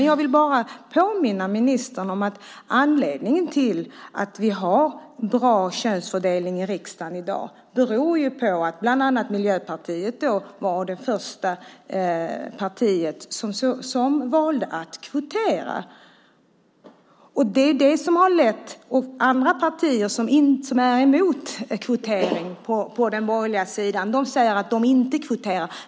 Jag vill bara påminna ministern om att anledningen till att vi har bra könsfördelning i riksdagen i dag bland annat är att Miljöpartiet var det första partiet som valde att kvotera. Andra partier som är emot kvotering på den borgerliga sidan säger att de inte kvoterar.